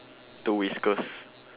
two whiskers